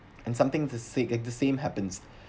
and something to seek the same happens